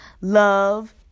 Love